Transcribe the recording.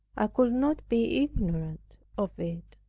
i could not be ignorant of it.